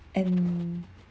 and